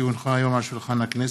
כי הונחו היום על שולחן הכנסת,